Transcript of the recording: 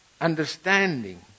understanding